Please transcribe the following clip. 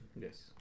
Yes